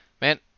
man